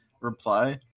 reply